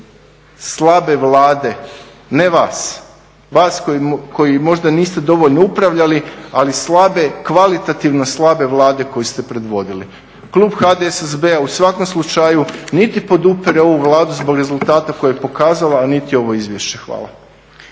slabe Vlade, ne vas, vas koji možda niste dovoljno upravljali, ali slabe, kvalitativno slabe Vlade koju ste predvodili. Klub HDSSB-a u svakom slučaju niti podupire ovu Vladu zbog rezultata koje je pokazala, a niti ovo izvješće. Hvala.